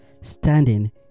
standing